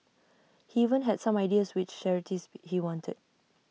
he even had some ideas which charities he wanted